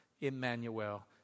Emmanuel